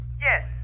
Yes